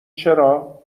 چرا